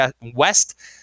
West